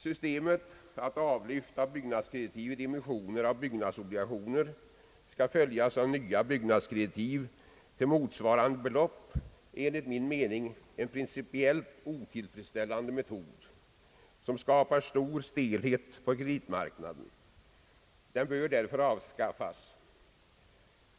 Systemet att avlyft av byggnadskreditiv vid emissioner av byggnadsobligationer skall följas av nya byggnadskreditiv till motsvarande belopp, är enligt min mening en principiellt otillfredsställande metod, som skapar stor stelhet på kreditmarknaden. Den bör därför avskaffas.